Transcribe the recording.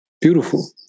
beautiful